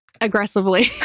aggressively